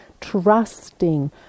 trusting